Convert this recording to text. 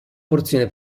porzione